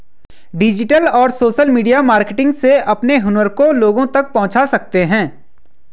digital और social media marketing से अपने हुनर को लोगो तक पहुंचा सकते है